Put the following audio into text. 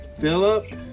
Philip